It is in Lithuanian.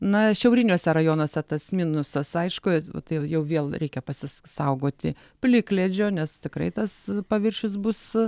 na šiauriniuose rajonuose tas minusas aišku tai jau vėl reikia pasis saugoti plikledžio nes tikrai tas paviršius bus